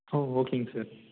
ஹோ ஓகேங்க சார்